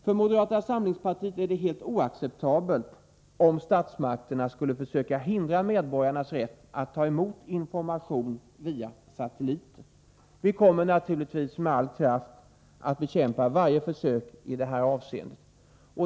För moderata samlingspartiet vore det helt oacceptabelt om statsmakterna skulle försöka hindra medborgarnas rätt att ta emot information via satelliter. Vi kommer naturligtvis att med all kraft bekämpa varje försök i det avseendet.